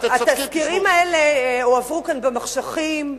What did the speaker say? התזכירים האלה הועברו כאן במחשכים,